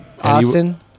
Austin